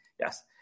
yes